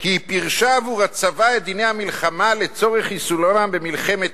כי היא "פירשה עבור הצבא את דיני המלחמה לצורך יישומם במלחמת